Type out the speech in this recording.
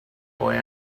boy